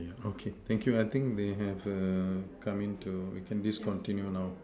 okay thank you I think they have err come in to we can discontinue now